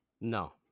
No